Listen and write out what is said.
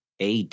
AD